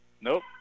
Nope